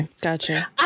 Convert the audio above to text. gotcha